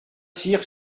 cyr